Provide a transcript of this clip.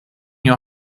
your